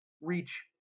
reach